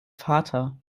vater